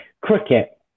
cricket